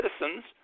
citizens